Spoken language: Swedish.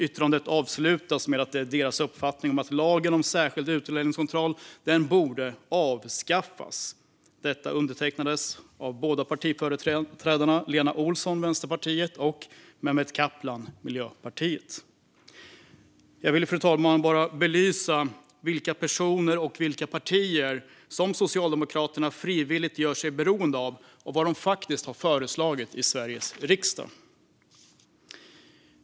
Yttrandet avslutas med att det är deras uppfattning att lagen om särskild utlänningskontroll "borde avskaffas". Detta undertecknades av de båda partiföreträdarna Lena Olsson, Vänsterpartiet, och Mehmet Kaplan, Miljöpartiet. Jag ville bara belysa, fru talman, vilka personer och vilka partier som Socialdemokraterna frivilligt gör sig beroende av och vad dessa faktiskt har föreslagit i Sveriges riksdag.